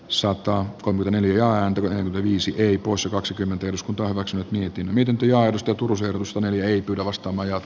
sota on yli neljäänkymmeneen viisi kei poissa kaksikymmentä eduskunta ovat nyt mietin miten työajatusta turusen mustonen ei ota vasta vajaat